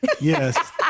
yes